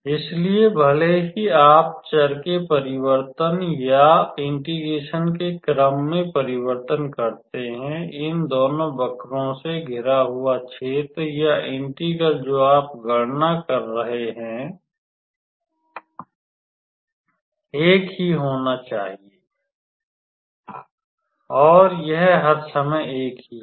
इसलिए भले ही आप चर के परिवर्तन या इंटिग्रेशन के क्रम में परिवर्तन करते हैं इन दोनों वक्रों से घिरा हुआ क्षेत्र या इंटेग्र्ल जो आप गणना कर रहे हैं एक ही होना चाहिए और यह हर समय एक ही है